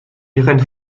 irène